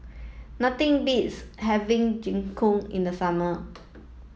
nothing beats having Jingisukan in the summer